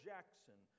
Jackson